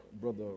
Brother